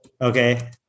okay